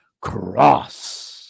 Cross